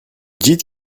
dites